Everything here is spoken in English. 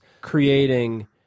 creating